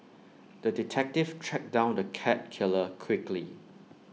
the detective tracked down the cat killer quickly